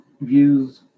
views